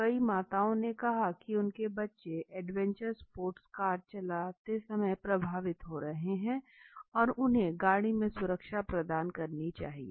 कई माताओं ने कहा की उनके बच्चे एडवेंचर स्पोर्ट्स कार चलाते समय प्रभावित हो रहे थे और उन्हें गाड़ी में सुरक्षा प्रदान करनी चाहिए